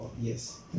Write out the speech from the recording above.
Yes